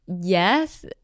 Yes